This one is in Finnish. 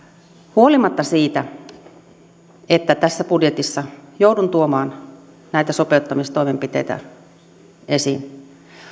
huolimatta siitä että tässä budjetissa joudun tuomaan näitä sopeuttamistoimenpiteitä esiin